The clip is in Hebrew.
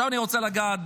עכשיו אני רוצה לגעת,